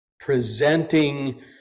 presenting